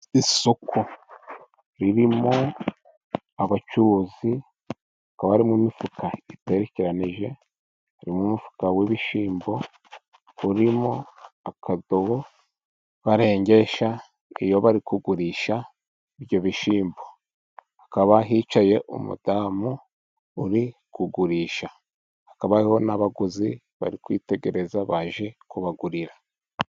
Isoko ririmo abacuruzi, hakaba harimo imifuka iterekeranije. Harimo umufuka w'ibishyimbo urimo akadobo barengesha iyo bari kugurisha ibyo bishyimbo. Hakaba hicaye umudamu uri kugurisha, hakaba n'abaguzi bari kwitegereza baje kubagurira.